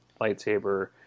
lightsaber